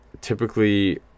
typically